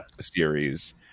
series